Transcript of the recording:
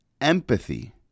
Empathy